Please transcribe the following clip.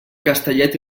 castellet